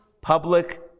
public